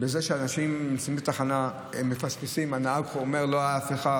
בזה שאנשים נמצאים בתחנה והם מפספסים והנהג אומר: לא היה אף אחד,